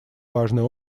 важная